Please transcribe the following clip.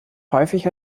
häufig